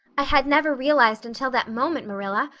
i had never realized until that moment, marilla,